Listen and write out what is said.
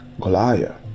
Goliath